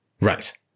Right